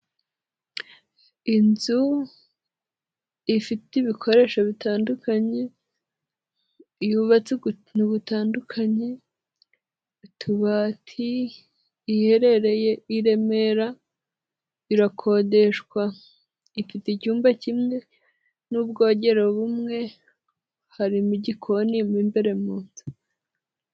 Inzu ifite ibikoresho bitandukanye, yubatse ukuntu gutandukanye, utubati, iherereye i Remera, irakodeshwa ifite icyumba kimwe n'ubwogero bumwe, harimo igikoni mo imbere mu nzu.